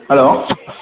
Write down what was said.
hello